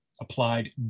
applied